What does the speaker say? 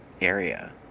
area